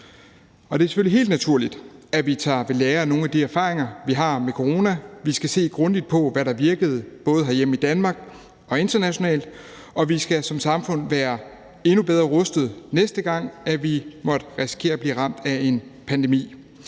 helt naturligt, at vi tager ved lære af nogle af de erfaringer, vi har med corona. Vi skal se grundigt på, hvad der virkede både herhjemme i Danmark og internationalt, og vi skal som samfund være endnu bedre rustet, næste gang vi måtte risikere at blive ramt af en pandemi.